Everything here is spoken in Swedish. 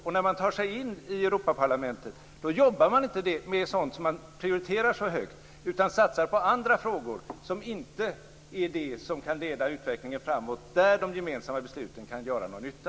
När Vänstern tar sig in i Europaparlamentet jobbar man inte med sådant som man prioriterar särskilt högt, och man satsar inte på frågor som kan leda utvecklingen framåt och där de gemensamma besluten kan göra någon nytta.